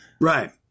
right